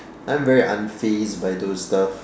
I'm very unfazed by those stuff